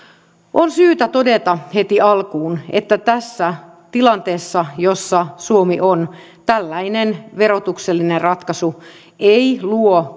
on syytä todeta heti alkuun että tässä tilanteessa jossa suomi on tällainen verotuksellinen ratkaisu ei luo